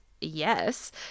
yes